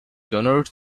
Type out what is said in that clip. donors